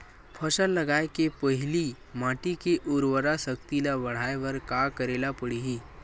फसल लगाय के पहिली माटी के उरवरा शक्ति ल बढ़ाय बर का करेला पढ़ही?